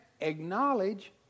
acknowledge